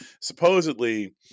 supposedly